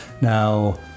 now